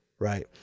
right